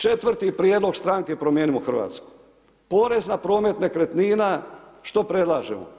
Četvrti prijedlog stranke Promijenimo Hrvatsku, porez na promet nekretnina, što predlažemo?